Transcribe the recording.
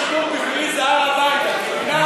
גברת, רשות השידור בשבילי זה הר-הבית, את מבינה?